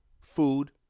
food